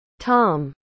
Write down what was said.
Tom